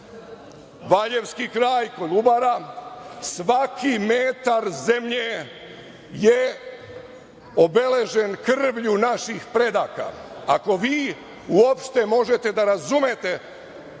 Valjevski kraj, Kolubara, svaki metar zemlje je obeležen krvlju naših predaka. Ako vi uopšte možete da razumete